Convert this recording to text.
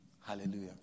Hallelujah